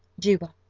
juba,